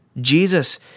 Jesus